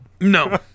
No